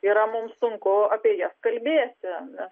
yra mums sunku apie jas kalbėti nes